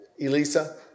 Elisa